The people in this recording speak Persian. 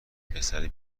پسره